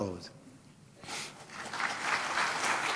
(מחיאות כפיים)